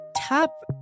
top